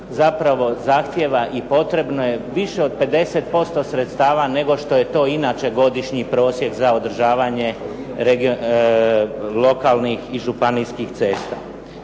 zapravo zahtijeva i potrebno je više od 50% sredstava nego što je to inače godišnji prosjek za održavanje lokalnih i županijskih cesta.